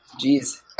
Jeez